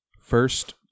first